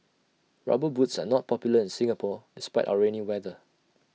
rubber boots are not popular in Singapore despite our rainy weather